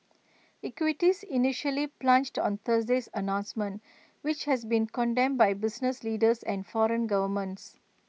equities initially plunged on Thursday's announcement which has been condemned by business leaders and foreign governments